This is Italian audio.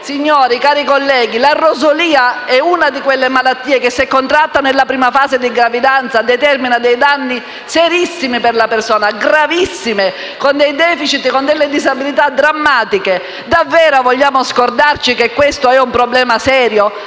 Signori, cari colleghi, la rosolia è una di quelle malattie che, se contratta nella prima fase della gravidanza, determina danni serissimi e gravissimi per la persona, con *deficit* e disabilità drammatiche. Davvero vogliamo scordarci che questo è un problema serio?